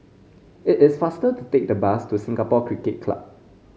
it is faster to take the bus to Singapore Cricket Club